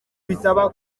bisaba